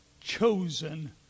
chosen